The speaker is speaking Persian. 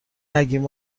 نگیم